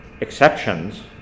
exceptions